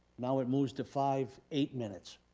now it moves to five, eight minutes.